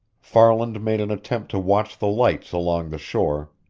farland made an attempt to watch the lights along the shore,